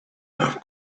enough